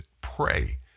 Pray